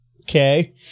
Okay